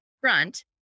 front